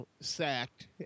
sacked